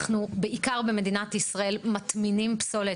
אנחנו, בעיקר במדינת ישראל מטמינים פסולת.